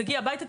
תגיעי הביתה,